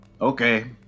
Okay